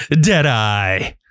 Deadeye